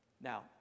Now